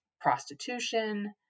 prostitution